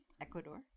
Ecuador